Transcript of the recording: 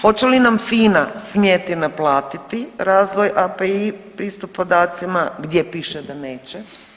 Hoće li nam FINA smjeti naplatiti razvoj API pristup podacima, gdje piše da neće?